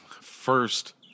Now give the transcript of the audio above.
first